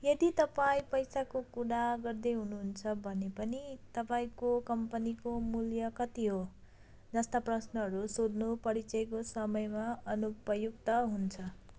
यदि तपाईँँ पैसाको कुरा गर्दै हुनुहुन्छ भने पनि तपाईँँको कम्पनीको मूल्य कति हो जस्ता प्रश्नहरू सोध्नु परिचयको समयमा अनुपयुक्त हुन्छ